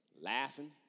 laughing